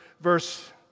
Verse